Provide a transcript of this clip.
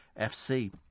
FC